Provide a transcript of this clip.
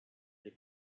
les